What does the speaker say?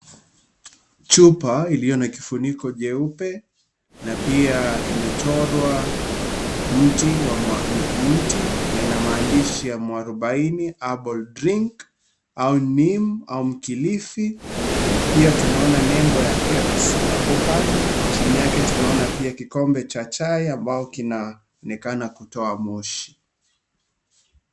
Chupa iliyona kifuniko jeupe na pia imechorwa mti na ina maandishi ya muarubaini Herbal drink au neem au mkilifi. Pia tunaona nembo ya KEBS hapo kando. Chini yake pa tunaona kikombe cha chai amabo kinaonekana kutoa moshi.